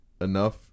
enough